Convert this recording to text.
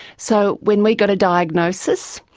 so when we got a diagnosis,